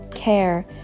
care